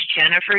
Jennifer